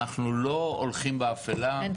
אני גם לא באה אליך או לאף בן אדם באופן אישי